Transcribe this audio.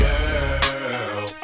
Girl